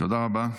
תודה רבה.